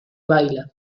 baila